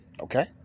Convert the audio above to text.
Okay